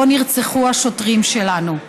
שבו נרצחו השוטרים שלנו.